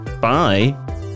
Bye